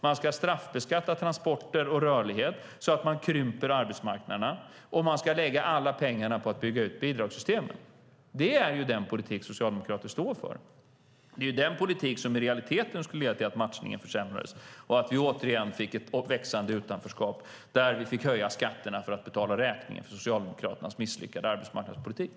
Man ska straffbeskatta transporter och rörlighet så att man krymper arbetsmarknaderna, och man ska lägga alla pengar på att bygga ut bidragssystemen. Det är den politik som socialdemokrater står för. Det är den politik som i realiteten skulle leda till att matchningen försämrades. Då skulle vi återigen få ett växande utanförskap där vi fick höja skatterna för att betala räkningen för Socialdemokraternas misslyckade arbetsmarknadspolitik.